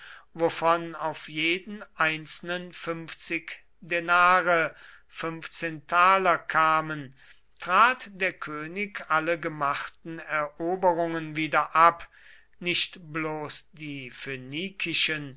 wovon auf jeden einzelnen denare kamen trat der könig alle gemachten eroberungen wieder ab nicht bloß die